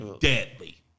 deadly